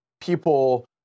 people